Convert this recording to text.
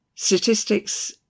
Statistics